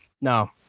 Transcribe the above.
No